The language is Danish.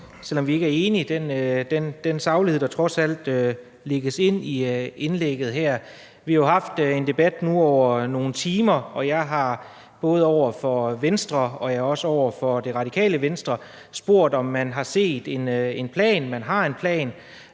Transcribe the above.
selv om vi ikke er enige – den saglighed, der trods alt lægges ind i indlægget her. Vi har jo nu haft en debat over nogle timer, og jeg har både over for Venstre og også over for Radikale Venstre spurgt, om man har set en plan, om man har en plan,